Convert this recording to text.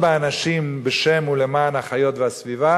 באנשים אחרים בשם ולמען החיות והסביבה?